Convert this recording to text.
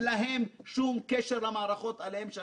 עמלנו רק כדי למצוא יועצים מומחים ואיכותיים